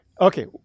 okay